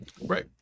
Right